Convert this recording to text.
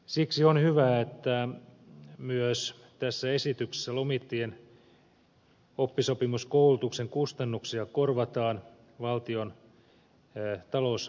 siksi on hyvä että myös tässä esityksessä lomittajien oppisopimuskoulutuksen kustannuksia korvataan valtion talousarviosta